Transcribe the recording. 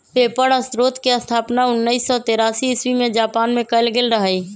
paper स्रोतके स्थापना उनइस सौ तेरासी इस्बी में जापान मे कएल गेल रहइ